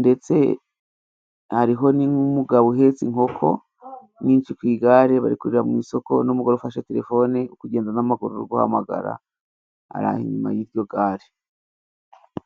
ndetse hariho n''umugabo uhetse inkoko nyinshi ku igare, bari kuja mu isoko n'umugore ufashe telefone ari kugenda n'amaguru ari guhamagara, araho inyuma y'iryo gare.